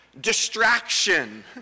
distraction